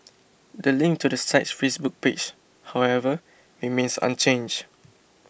the link to the site's Facebook page however remains unchanged